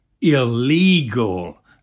illegal